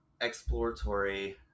exploratory